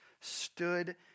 stood